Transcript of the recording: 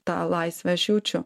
tą laisvę aš jaučiu